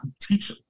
teach